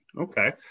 Okay